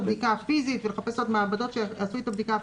הבדיקה הפיזית ולחפש עוד מעבדות שיעשו את הבדיקה הפיזית.